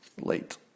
late